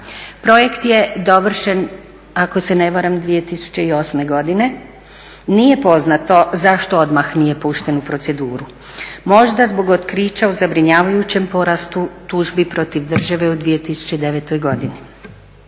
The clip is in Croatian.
Projekt je dovršen ako se ne varam 2008. godine. Nije poznato zašto odmah nije pušten u proceduru. Možda zbog otkrića o zabrinjavajućem porastu tužbi protiv države u 2009. godini.